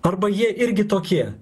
arba jie irgi tokie